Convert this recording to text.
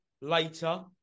later